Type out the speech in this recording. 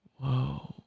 Whoa